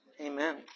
Amen